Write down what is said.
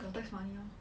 got tax money lor